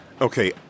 Okay